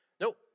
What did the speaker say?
Nope